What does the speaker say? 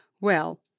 Well